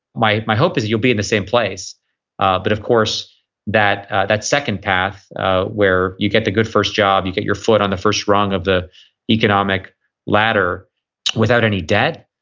my my hope is you'll be in the same place ah but of course that that second path where you get a good first job, you get your foot on the first rung of the economic ladder without any debt,